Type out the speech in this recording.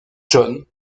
john